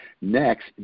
Next